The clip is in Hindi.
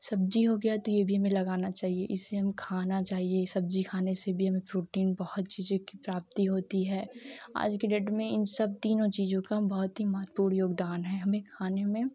सब्ज़ी हो गया तो यह भी हमें लगाना चाहिए इससे हम खाना चाहिए सब्ज़ी खाने से भी हमें प्रोटीन बहुत चीज़ों की प्राप्ति होती है आज की डेट में इन सब तीनों चीज़ों का बहुत ही महत्वपूर्ण योगदान है हमें खाने में